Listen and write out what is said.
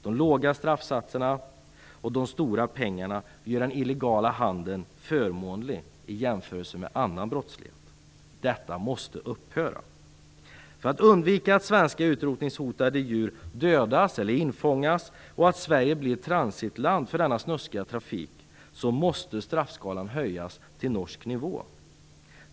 De låga straffsatserna och de stora pengarna gör den illegala handeln förmånlig i jämförelse med annan brottslighet. Detta måste upphöra. För att undvika att svenska utrotningshotade djur dödas eller infångas och att Sverige blir ett transitland för denna snuskiga trafik måste straffskalan höjas till norsk nivå.